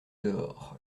dehors